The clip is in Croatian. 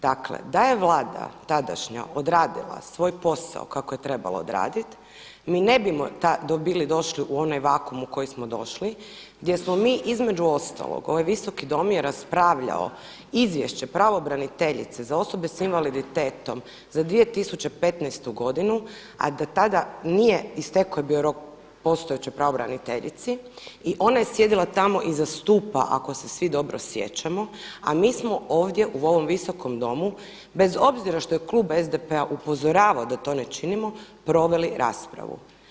Dakle da je Vlada tadašnja odradila svoj posao kako je trebala odradit mi nebimo bili došli u onaj vakuum u koji smo došli gdje smo mi između ostalog ovaj Visoki dom je raspravljao Izvješće pravobraniteljice za osobe s invaliditetom za 2015. godinu, a da tada nije istekao bio rok postojećoj pravobraniteljici i ona je sjedila tamo iza stupa ako se svi dobro sjećamo, a mi smo ovdje u ovom visokom Domu bez obzira što je Klub SDP-a upozoravao da to ne činimo, proveli raspravu.